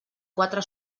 quatre